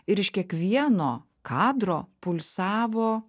ir iš kiekvieno kadro pulsavo